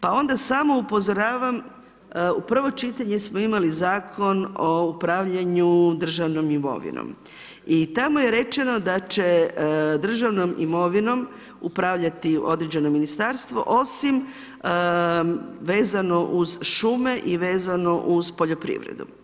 Pa onda samo upozoravam u prvom čitanju smo imali Zakon o upravljanju državnom imovinom i tamo je rečeno da će državnom imovinom upravljati određeno ministarstvo osim vezano uz šume i vezano uz poljoprivredu.